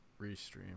restream